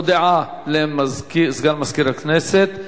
הודעה לסגן מזכיר הכנסת.